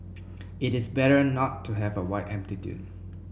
it is better not to have a wide amplitude